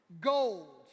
Gold